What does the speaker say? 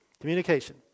Communication